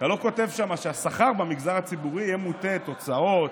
אתה לא כותב שם שהשכר במגזר הציבורי יהיה מוטה תוצאות,